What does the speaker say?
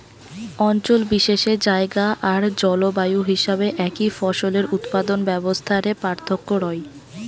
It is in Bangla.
অঞ্চল বিশেষে জায়গা আর জলবায়ু হিসাবে একই ফসলের উৎপাদন ব্যবস্থা রে পার্থক্য রয়